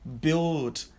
build